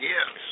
Yes